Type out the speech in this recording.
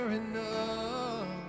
enough